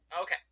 Okay